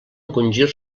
encongir